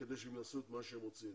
וכדי שהם יעשו את מה שהם עושים.